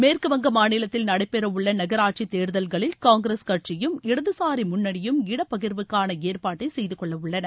மேற்கு வங்க மாநிலத்தில் நடைபெறவுள்ள நகராட்சி தேர்தல்களில் காங்கிரஸ் கட்சியும் இடதுசாரி முன்னியும் இட பகிர்வுக்கான ஏற்பாட்டை செய்துக்கொள்ள உள்ளன